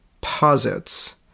posits